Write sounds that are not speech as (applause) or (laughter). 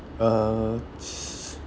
uh (noise)